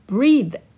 Breathe